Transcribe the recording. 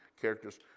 characters